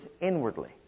inwardly